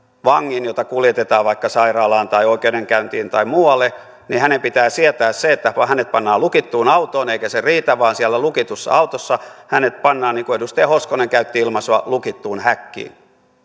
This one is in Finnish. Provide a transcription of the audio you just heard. vangin jota kuljetetaan vaikka sairaalaan tai oikeudenkäyntiin tai muualle pitää sietää se että hänet pannaan lukittuun autoon eikä se riitä vaan siellä lukitussa autossa hänet pannaan niin kuin edustaja hoskonen käytti ilmaisua lukittuun häkkiin